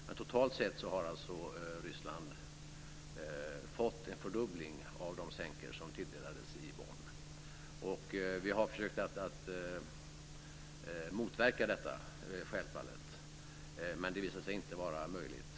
Men totalt sett har alltså Ryssland fått en fördubbling av de sänkor som tilldelades i Bonn. Vi har självfallet försökt motverka detta, men det visade sig inte vara möjligt.